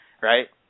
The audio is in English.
right